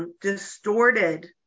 distorted